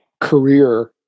career